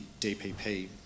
DPP